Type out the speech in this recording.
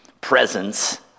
presence